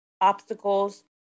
obstacles